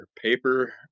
Paper